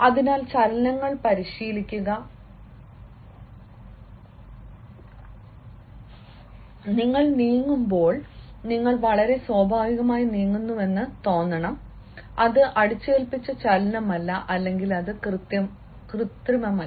അതിനാൽ ചലനങ്ങൾ പരിശീലിക്കുക നിങ്ങൾ നീങ്ങുമ്പോൾ നിങ്ങൾ വളരെ സ്വാഭാവികമായി നീങ്ങുന്നുവെന്ന് തോന്നണം അത് അടിച്ചേൽപ്പിച്ച ചലനമല്ല അല്ലെങ്കിൽ അത് കൃത്രിമമല്ല